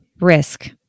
risk